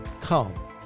Come